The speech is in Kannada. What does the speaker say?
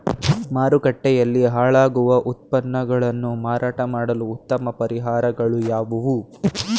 ಮಾರುಕಟ್ಟೆಯಲ್ಲಿ ಹಾಳಾಗುವ ಉತ್ಪನ್ನಗಳನ್ನು ಮಾರಾಟ ಮಾಡಲು ಉತ್ತಮ ಪರಿಹಾರಗಳು ಯಾವುವು?